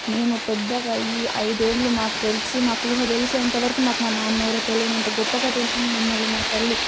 మేము పెద్దగయి ఐదు ఏళ్ళు మాకు తెలిసి మాకు ఊహ తెలిసేంత వరకు మాకు మా నాన్న ఎవరో తెలియనంత గొప్పగా పెంచింది మమ్మల్ని మా తల్లి